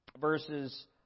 Verses